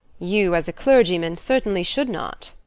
you, as a clergyman, certainly should not.